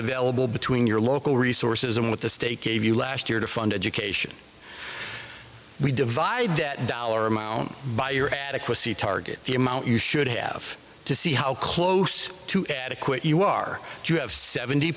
available between your local resources and what the state gave you last year to fund education we divide that dollar amount by your adequacy target the amount you should have to see how close to adequate you are you have seventy